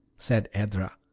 said edra,